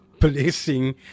blessing